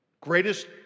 Greatest